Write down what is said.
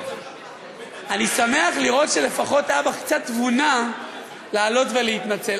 אני שמח לראות שלפחות הייתה בך קצת תבונה לעלות ולהתנצל.